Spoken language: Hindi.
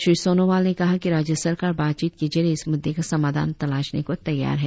श्री सोनोवाल ने कहा कि राज्य सरकार बातचीत के जरिए इस मुद्दे का समाधान तलाशने को तैयार है